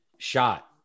shot